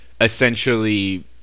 essentially